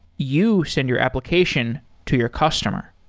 you send your application to your customer